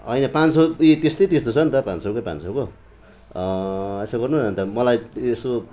होइन पाँच सौ उयो त्यस्तै त्यस्तै छ नि त पाँच सौ पाँच सौको यसो गर्नु न अन्त मलाई यसो